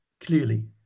clearly